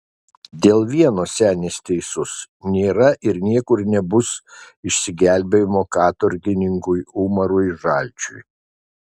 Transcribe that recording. dėl vieno senis teisus nėra ir niekur nebus išsigelbėjimo katorgininkui umarui žalčiui